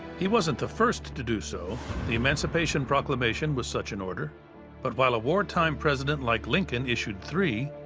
he wasn't the first to do so the emancipation proclamation was such an order but while a war-time president like lincoln issued three,